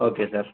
okay sir